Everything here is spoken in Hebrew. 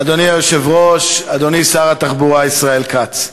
אדוני היושב-ראש, אדוני שר התחבורה ישראל כץ,